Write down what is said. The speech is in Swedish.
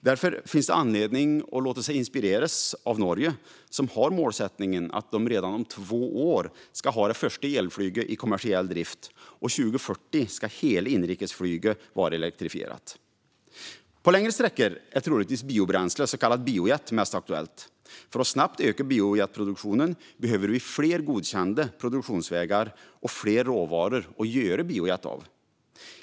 Därför finns det anledning att låta sig inspireras av Norge, som har målsättningen att redan om två år ha det första elflyget i kommersiell drift och att 2040 ha hela inrikesflyget elektrifierat. På längre sträckor är troligtvis biobränsle, så kallad biojet, mest aktuellt. För att snabbt öka biojetproduktionen behöver vi fler godkända produktionsvägar och fler råvaror att göra biojet av.